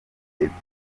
imodoka